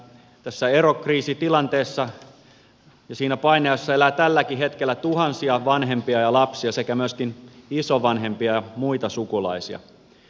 tässä erokriisitilanteessa ja siinä painajaisessa elää tälläkin hetkellä tuhansia vanhempia ja lapsia sekä myöskin isovanhempia ja muita sukulaisia